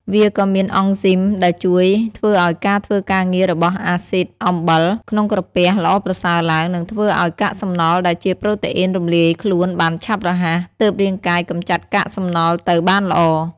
វាក៏មានអង់ស៊ីម ដែលជួយធ្វើឱ្យការធ្វើការងាររបស់អាស៊ីដអំបិល ក្នុងក្រពះ ល្អប្រសើរឡើង និងធ្វើឱ្យកាកសំណល់ដែលជាប្រូតេអុីនរំលាយខ្លួនបានឆាប់រហ័ស ទើបរាងកាយកម្ចាត់កាកសំណល់ទៅបានល្អ។